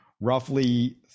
Roughly